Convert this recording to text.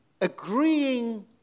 agreeing